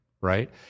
right